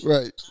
Right